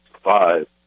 Five